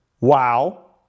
wow